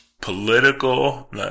political